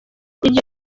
iryo